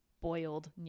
boiled